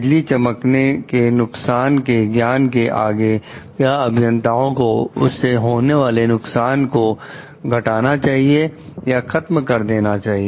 बिजली चमकने के नुकसान के ज्ञान के आगे क्या अभियंताओं को उस से होने वाले नुकसान को घटाना चाहिए या खत्म कर देना चाहिए